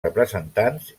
representants